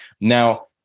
Now